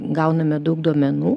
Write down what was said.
gauname daug duomenų